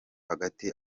hagati